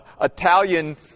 Italian